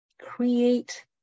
create